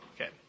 Okay